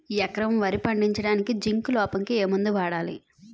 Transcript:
ఎకరం వరి పండించటానికి జింక్ లోపంకి ఏ మందు వాడాలి?